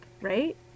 right